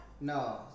No